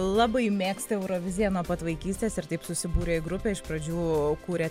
labai mėgsta euroviziją nuo pat vaikystės ir taip susibūrė į grupė iš pradžių kūrė